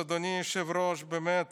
אז אדוני היושב-ראש, באמת